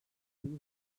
yeni